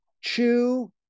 chew